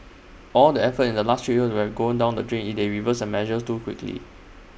all the effort in the last three years will gone down the drain if they reverse the measures too quickly